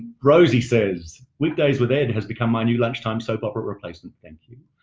rosie says weekdays with ed has become my new lunchtime soap opera replacement. thank you.